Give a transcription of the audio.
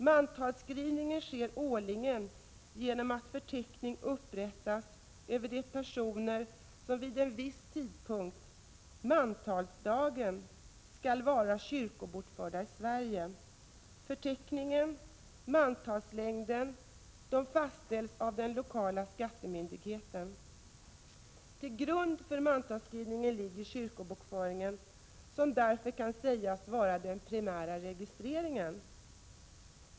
Mantalsskrivningen sker årligen genom att en förteckning upprättas över de personer som vid en viss tidpunkt, mantalsdagen, skall vara kyrkobokförda i Sverige. Förteckningen, mantalslängden, fastställs av den lokala skattemyndigheten. Till grund för mantalsskrivningen ligger kyrkobokföringen, som därför kan sägas vara den primära registreringen.